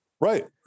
Right